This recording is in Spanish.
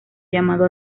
llamado